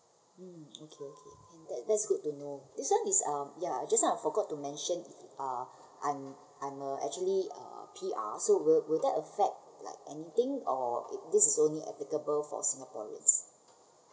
um okay okay that's good to know this one is um ya just now I forgot to mention uh I'm I'm a actually uh P_R so will will that affect like anything or this is only applicable for singaporeans